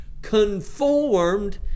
conformed